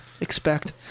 expect